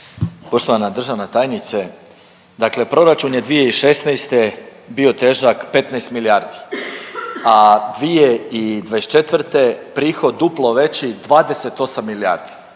Poštovana državna tajnice, dakle proračun je 2016. bio težak 15 milijardi, a 2024. prihod duplo veći 28 milijardi.